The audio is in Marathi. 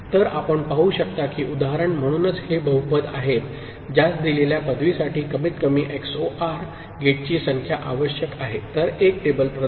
तर आपण पाहू शकता की उदाहरण म्हणूनच हे बहुपद आहेत ज्यास दिलेल्या पदवीसाठी कमीतकमी एक्सओआर गेटची संख्या आवश्यक आहे तर एक टेबल प्रदान